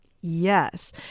yes